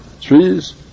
trees